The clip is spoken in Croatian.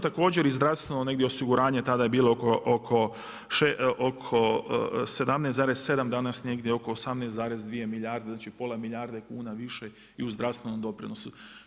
Također i zdravstveno osiguranje tada je bilo oko 17,7 danas negdje oko 18,2 milijarde, znači pola milijarde kuna više i u zdravstvenom doprinosu.